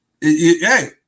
hey